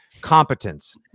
competence